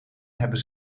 hebben